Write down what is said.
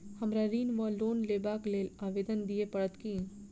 हमरा ऋण वा लोन लेबाक लेल आवेदन दिय पड़त की?